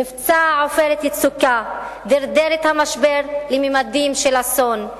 מבצע "עופרת יצוקה" דרדר את המשבר לממדים של אסון.